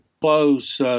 close